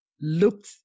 looked